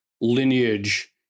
lineage